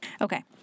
Okay